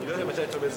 אדוני היושב-ראש,